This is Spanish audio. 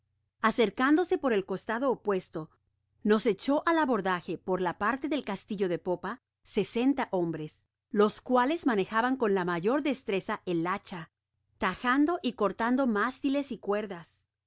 acercándose por el costado opuesto nos echó al abordaje por la parte del castillo de popa hombres los cuales manejaban con la mayor destreza el hacha tajando y cortando mástiles y cuerdas